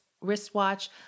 wristwatch